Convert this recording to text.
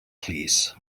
plîs